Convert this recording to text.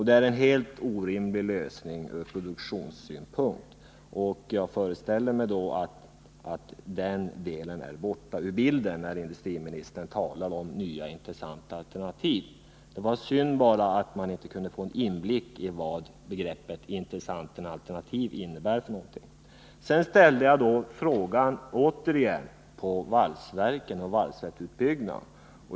Det är en helt orimlig lösning ur produktionssynpunkt. Jag föreställer mig att den delen är ur bilden när industriministern talar om nya intressanta alternativ. Det var bara synd att man inte kunde få en inblick i vad begreppet ”intressant alternativ” innebär. Sedan ställde jag återigen frågan om valsverk och valsverksutbyggnaden.